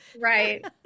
Right